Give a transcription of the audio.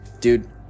dude